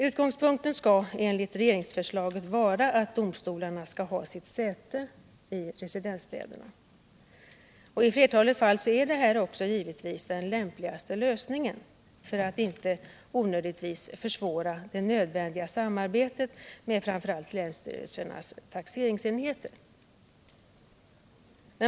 Utgångspunkten skall enligt regeringsförslaget vara att domstolarna skall ha sitt säte i residensstäderna. I flertalet fall är detta givetvis också den lämpligaste lösningen för att inte onödigtvis försvåra det nödvändiga samarbetet med framför allt länsstyrelsernas taxeringsenheter.